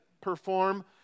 perform